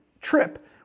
trip